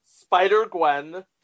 Spider-Gwen